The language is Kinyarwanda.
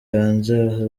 hanze